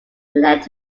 led